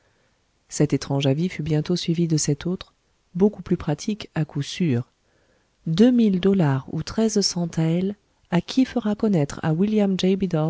cet étrange avis fut bientôt suivi de cet autre beaucoup plus pratique à coup sûr deux mille dollars ou treize cents taëls à qui fera connaître à william